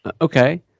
Okay